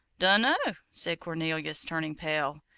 dunno! said cornelius, turning pale.